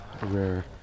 rare